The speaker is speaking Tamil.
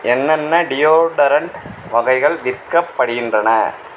என்னென்ன டியோடரண்ட் வகைகள் விற்கப்படுகின்றன